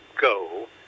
go